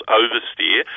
oversteer